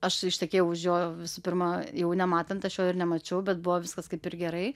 aš ištekėjau už jo visų pirma jau nematant aš jo ir nemačiau bet buvo viskas kaip ir gerai